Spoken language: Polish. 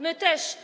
My też.